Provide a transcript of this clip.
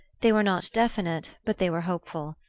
they were not definite, but they were hopeful.